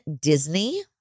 Disney